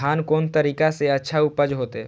धान कोन तरीका से अच्छा उपज होते?